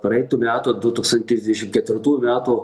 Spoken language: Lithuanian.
praeitų metų du tūkstantis ketvirtų metų